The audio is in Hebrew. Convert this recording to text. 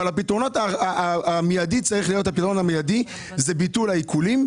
אבל הפתרונות המיידיים צריכים להיות ביטול העיקולים,